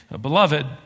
Beloved